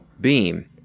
beam